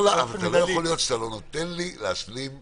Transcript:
--- לא יכול להיות שאתה לא נותן לי להשלים משפט.